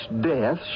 death